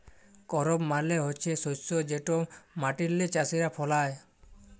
করপ মালে হছে শস্য যেট মাটিল্লে চাষীরা ফলায়